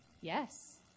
yes